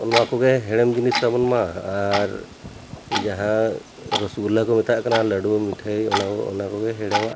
ᱱᱚᱣᱟ ᱠᱚᱜᱮ ᱦᱮᱲᱮᱢ ᱡᱤᱱᱤᱥ ᱛᱟᱵᱚᱱ ᱢᱟ ᱟᱨ ᱡᱟᱦᱟᱸ ᱨᱚᱥᱚᱜᱚᱞᱞᱟ ᱠᱚ ᱢᱮᱛᱟᱜ ᱠᱟᱱᱟ ᱞᱟᱹᱰᱩ ᱢᱤᱴᱷᱟᱹᱭ ᱚᱱᱟ ᱠᱚ ᱚᱱᱟ ᱠᱚᱜᱮ ᱦᱮᱲᱮᱢᱟ